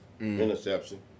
Interception